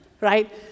right